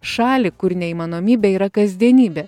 šalį kur neįmanomybė yra kasdienybė